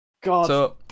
God